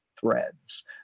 threads